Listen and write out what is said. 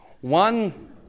One